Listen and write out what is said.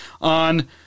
on